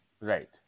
Right